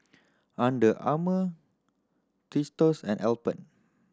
Under Armour Tostitos and Alpen